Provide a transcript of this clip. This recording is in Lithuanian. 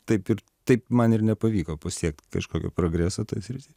taip ir taip man ir nepavyko pasiekt kažkokio progreso toj sritį